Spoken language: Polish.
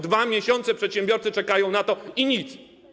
2 miesiące przedsiębiorcy czekają na to i nic.